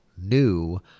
new